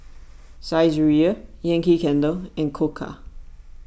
Saizeriya Yankee Candle and Koka